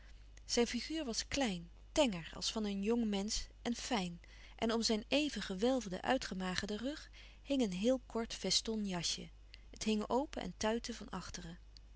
zijn figuur was klein tenger als van een jong mensch en fijn en om zijn even gewelfden uitgemagerden rug hing een heel kort veston jasje het hing open en tuitte van achteren